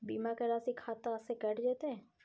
बीमा के राशि खाता से कैट जेतै?